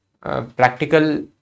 practical